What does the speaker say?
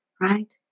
right